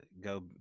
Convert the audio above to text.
go